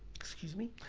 excuse me?